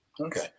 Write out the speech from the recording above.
Okay